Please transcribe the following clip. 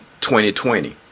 2020